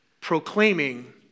proclaiming